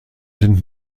sind